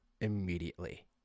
immediately